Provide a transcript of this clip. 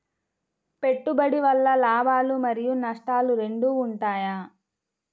పెట్టుబడి వల్ల లాభాలు మరియు నష్టాలు రెండు ఉంటాయా?